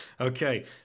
Okay